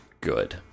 Good